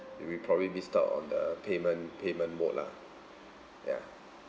he probably missed out on the payment payment mode lah ya